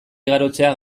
igarotzea